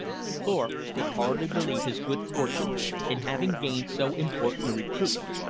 thorpe could hardly believe his good-fortune in having gained so important a recruit.